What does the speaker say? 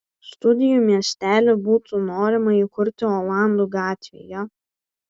studijų miestelį būtų norima įkurti olandų gatvėje